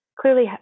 clearly